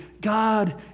God